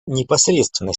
непосредственно